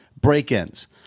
break-ins